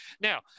Now